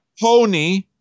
Pony